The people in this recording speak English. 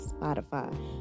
Spotify